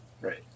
Right